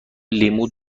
لیمو